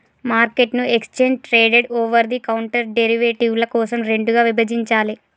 మార్కెట్ను exchange traded, over the counter డెరివేటివ్ల కోసం రెండుగా విభజించాలే